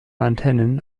antennen